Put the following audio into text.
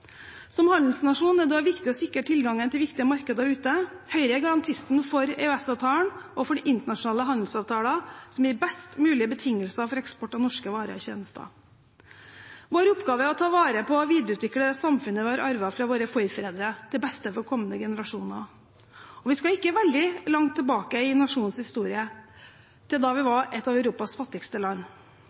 Som handelsnasjon er det også viktig å sikre tilgangen til viktige markeder ute. Høyre er garantisten for EØS-avtalen og for internasjonale handelsavtaler som gir best mulig betingelser for eksport av norske varer og tjenester. Vår oppgave er å ta vare på og videreutvikle det samfunnet vi har arvet fra våre forfedre, til beste for kommende generasjoner. Vi skal ikke veldig langt tilbake i nasjonens historie før vi var et av Europas fattigste land.